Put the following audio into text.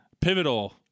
pivotal